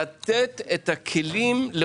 לתת את הכלים.